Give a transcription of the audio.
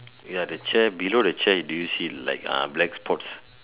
ya the chair below the chair do you see like ah black spots